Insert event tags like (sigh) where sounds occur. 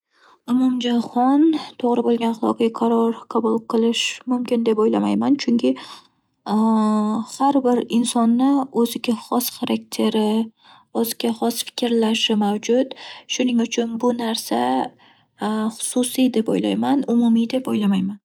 Umumjahon to'g'ri bo'lgan axloqiy qaror qabul qilish mumkin deb o'ylamayman. Chunki (hesitation) har bir insonni o'ziga xos xarakteri, o'ziga xos fikrlashi mavjud. Shuning uchun, bu narsa (hesitation) xususiy deb o'ylayman, umumiy deb o'ylamayman.